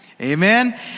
Amen